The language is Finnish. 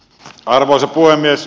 arvoisa puhemies